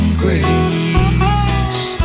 grace